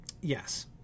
Yes